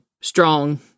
strong